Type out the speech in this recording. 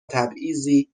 تبعیضی